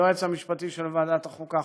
היועץ המשפטי של ועדת החוקה,